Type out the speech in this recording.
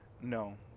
No